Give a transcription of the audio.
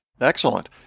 Excellent